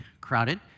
crowded